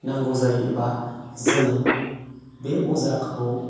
नांगौ जायोब्ला जों बे अजाखौ